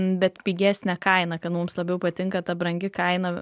bet pigesnę kainą kad mums labiau patinka ta brangi kaina